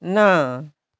नौ